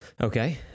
Okay